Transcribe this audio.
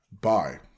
bye